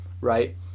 right